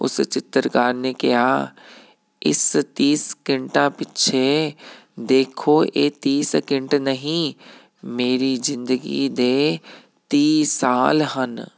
ਉਸ ਚਿੱਤਰਕਾਰ ਨੇ ਕਿਹਾ ਇਸ ਤੀਹ ਸੈਕਿੰਟਾਂ ਪਿੱਛੇ ਦੇਖੋ ਇਹ ਤੀਹ ਸੈਕਿੰਟ ਨਹੀਂ ਮੇਰੀ ਜ਼ਿੰਦਗੀ ਦੇ ਤੀਹ ਸਾਲ ਹਨ